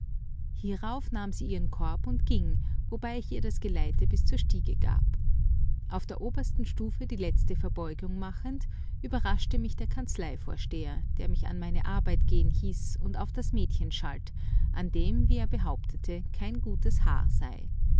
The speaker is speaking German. hierauf nahm sie ihren korb und ging wobei ich ihr das geleite bis zur stiege gab auf der obersten stufe die letzte verbeugung machend überraschte mich der kanzleivorsteher der mich an meine arbeit gehen hieß und auf das mädchen schalt an dem wie er behauptete kein gutes haar sei